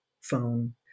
phone